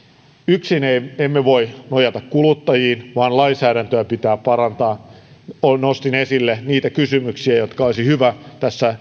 yksin emme voi nojata kuluttajiin vaan lainsäädäntöä pitää parantaa nostin esille niitä kysymyksiä jotka olisi hyvä tässä